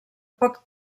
poc